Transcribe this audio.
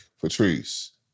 Patrice